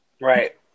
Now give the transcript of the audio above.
right